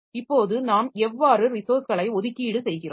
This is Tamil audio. இப்போது நாம் எவ்வாறு ரிசோர்ஸ்களை ஒதுக்கீடு செய்கிறோம்